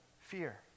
fear